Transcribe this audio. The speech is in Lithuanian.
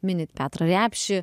minit petrą repšį